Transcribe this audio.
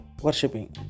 worshipping